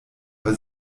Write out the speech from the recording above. bei